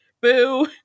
Boo